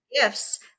gifts